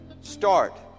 start